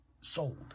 Sold